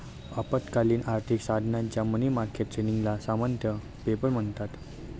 अल्पकालीन आर्थिक साधनांच्या मनी मार्केट ट्रेडिंगला सामान्यतः पेपर म्हणतात